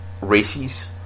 races